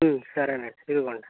సరే అండి ఇదిగోండి